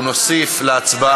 נתקבלה.